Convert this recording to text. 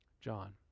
John